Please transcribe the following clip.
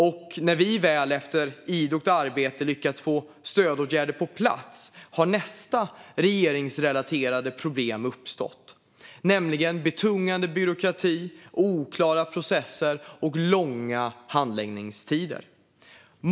Och när vi väl, efter idogt arbete, har lyckats få stödåtgärder på plats har nya regeringsrelaterade problem uppstått, nämligen betungande byråkrati, oklara processer och långa handläggningstider.